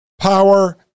power